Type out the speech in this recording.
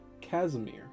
Casimir